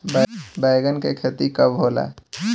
बैंगन के खेती कब होला?